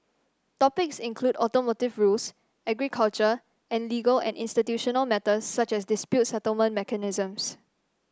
topics include automotive rules agriculture and legal and institutional matters such as dispute settlement mechanisms